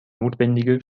notwendige